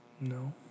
No